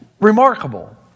Remarkable